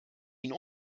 ihn